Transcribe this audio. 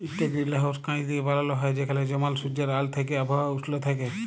ইকট গিরিলহাউস কাঁচ দিঁয়ে বালাল হ্যয় যেখালে জমাল সুজ্জের আল থ্যাইকে আবহাওয়া উস্ল থ্যাইকে